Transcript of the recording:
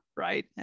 right